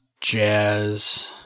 jazz